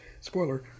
spoiler